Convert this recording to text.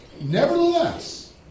Nevertheless